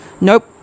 Nope